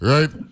Right